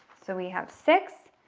so we have six,